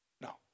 no